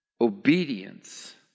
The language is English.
obedience